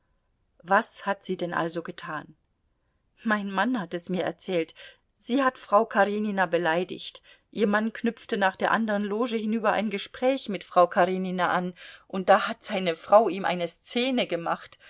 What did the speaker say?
was hat sie denn also getan mein mann hat es mir erzählt sie hat frau karenina beleidigt ihr mann knüpfte nach der andern loge hinüber ein gespräch mit frau karenina an und da hat seine frau ihm eine szene gemacht